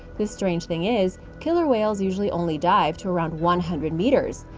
the strange thing is, killer whales usually only dive to around one hundred meters.